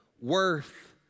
worth